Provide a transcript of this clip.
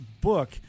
book